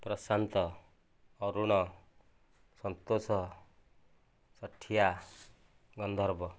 Prashant Arun Santosh Sathia Gandharva